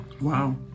Wow